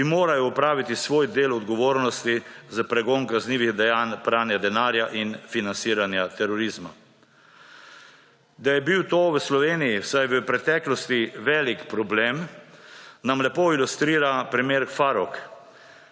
ki morajo opraviti svoj del odgovornosti za pregon kaznivih dejanj pranja denarja in financiranja terorizma. Da je bil to v Sloveniji, vsaj v preteklosti, velik problem, nam lepo ilustrira primer Farrokh,